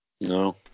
No